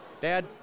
Dad